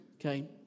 okay